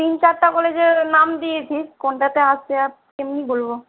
তিন চারটে কলেজে নাম দিয়েছি কোনটাতে আসবে আপ কেমনি বলবো